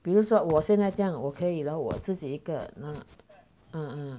比如说我现在这样我可以 lor 我自己一个 ah ah